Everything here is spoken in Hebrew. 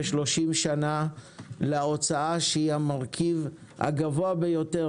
30 שנה להוצאה שהיא המרכיב הגבוה ביותר